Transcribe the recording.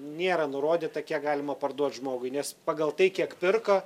nėra nurodyta kiek galima parduot žmogui nes pagal tai kiek pirko